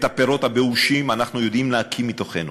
את הפירות הבאושים אנחנו יודעים להקיא מתוכנו,